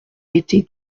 été